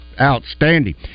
outstanding